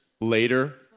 later